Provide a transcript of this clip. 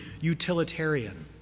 utilitarian